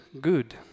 good